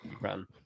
run